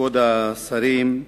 כבוד השרים,